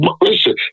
Listen